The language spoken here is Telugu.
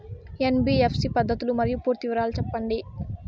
ఎన్.బి.ఎఫ్.సి పద్ధతులు మరియు పూర్తి వివరాలు సెప్పండి?